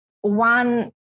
one